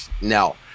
no